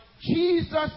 Jesus